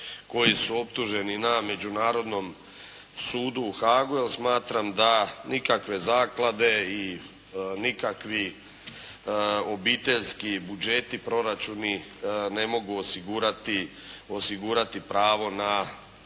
koji su optuženi na međunarodnom sudu u Haagu jer smatram da nikakve zaklade i nikakvi obiteljski budžeti, proračunu ne mogu osigurati pravo na